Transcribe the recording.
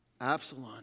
Absalom